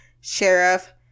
sheriff